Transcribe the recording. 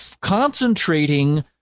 concentrating